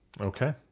Okay